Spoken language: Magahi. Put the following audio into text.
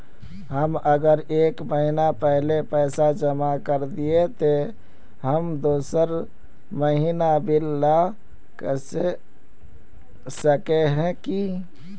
हम अगर एक महीना पहले पैसा जमा कर देलिये ते हम दोसर महीना बिल ला सके है की?